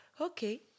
Okay